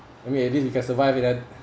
I mean at least you can survive in a